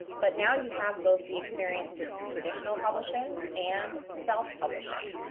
but now you have both the experience with traditional publishing and self publishing.